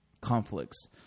conflicts